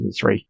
2003